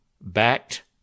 backed